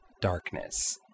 darkness